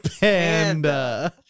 Panda